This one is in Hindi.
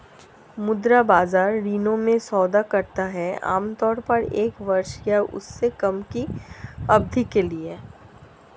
मुद्रा बाजार ऋणों में सौदा करता है आमतौर पर एक वर्ष या उससे कम की अवधि के लिए